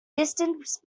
distance